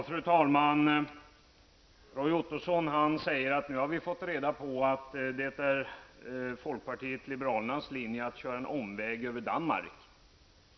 Fru talman! Roy Ottosson säger att vi nu har fått reda på att det är folkpartiet liberalernas linje att köra en omväg över Danmark.